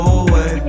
away